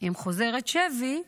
עם חוזרת שבי,